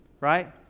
right